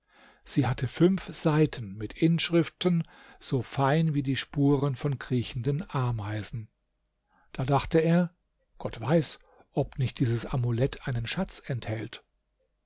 sie hatte fünf seiten mit inschriften so fein wie die spuren von kriechenden ameisen da dachte er gott weiß ob nicht dieses amulett einen schatz enthält